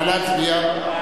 נא להצביע.